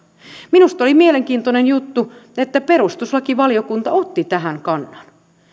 minusta oli mielenkiintoinen juttu että perustuslakivaliokunta otti tähän kannan